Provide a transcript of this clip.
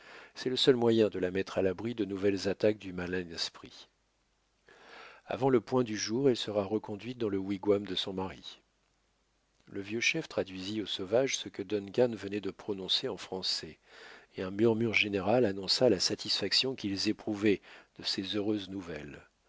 c'est le seul moyen de la mettre à l'abri de nouvelles attaques du malin esprit avant le point du jour elle sera reconduite dans le wigwam de son mari le vieux chef traduisit aux sauvages ce que duncan venait de prononcer en français et un murmure général annonça la satisfaction qu'ils éprouvaient de ces heureuses nouvelles